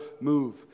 move